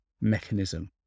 mechanism